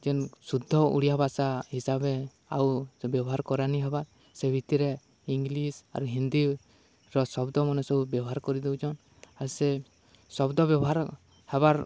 ଯେନ୍ ଶୁଦ୍ଧ ଓଡ଼ିଆ ଭାଷା ହିସାବେ ଆଉ ବ୍ୟବହାର କରାନିହେବାର୍ ସେ ଭିତ୍ରେ ଇଂଲିଶ୍ ଆର୍ ହିନ୍ଦୀର ଶବ୍ଦମାନେ ସବୁ ବ୍ୟବହାର୍ କରି ଦଉଚନ୍ ଆର୍ ସେ ଶବ୍ଦ ବ୍ୟବହାର୍ ହେବାର୍